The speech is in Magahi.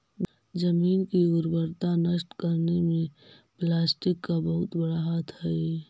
जमीन की उर्वरता नष्ट करने में प्लास्टिक का बहुत बड़ा हाथ हई